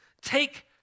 take